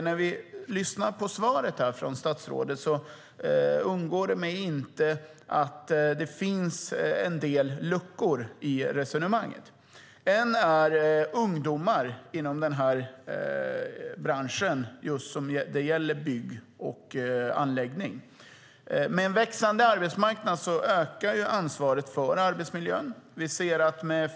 När jag lyssnar på statsrådets svar undgår det mig inte att det finns en del luckor i resonemanget. Till exempel gäller det ungdomar inom bygg och anläggningsbranschen. Med en växande arbetsmarknad ökar ansvaret för arbetsmiljön.